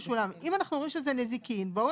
אם אנחנו אומרים שזה נזיקין אז בואו